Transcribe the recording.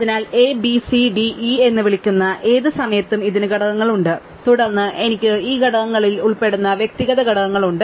അതിനാൽ a b c d e എന്ന് വിളിക്കുന്ന ഏത് സമയത്തും ഇതിന് ഘടകങ്ങളുണ്ട് തുടർന്ന് എനിക്ക് ഈ ഘടകങ്ങളിൽ ഉൾപ്പെടുന്ന വ്യക്തിഗത ഘടകങ്ങളുണ്ട്